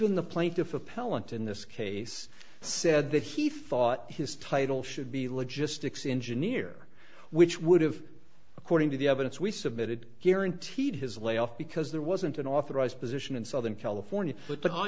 appellant in this case said that he thought his title should be logistics engineer which would have according to the evidence we submitted guaranteed his layoff because there wasn't an authorized position in southern california